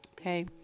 Okay